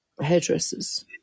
Hairdressers